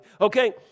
Okay